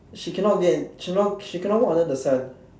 she cannot she she cannot walk under the sun